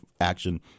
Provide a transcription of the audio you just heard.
action